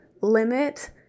limit